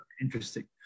interesting